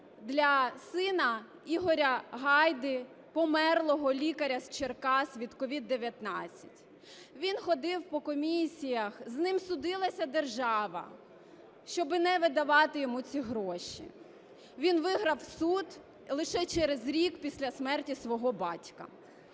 для сина Ігоря Гайди, померлого лікаря з Черкас від COVID-19. Він ходив по комісіях, з ним судилася держава, щоб не видавати йому ці гроші. Він виграв суд лише через рік після смерті свого батька.